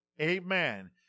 Amen